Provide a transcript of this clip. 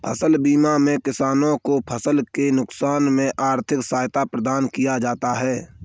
फसल बीमा में किसानों को फसल के नुकसान में आर्थिक सहायता प्रदान किया जाता है